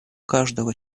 каждого